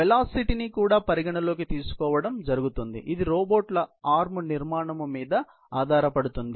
velocity ని కూడా పరిగణలోకి తీసుకోవడం జరుగుతుంది ఇది రోబోట్ల ఆర్మ్ నిర్మాణం మీద ఆధారపడుతుంది